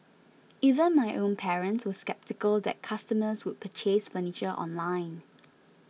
even my own parents were sceptical that customers would purchase furniture online